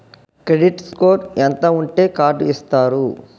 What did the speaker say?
Credit score ఎంత ఉంటే card ఇస్తారు?